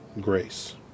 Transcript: grace